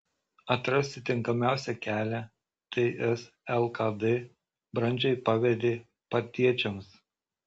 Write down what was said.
atrasti tinkamiausią kelią ts lkd brandžiai pavedė partiečiams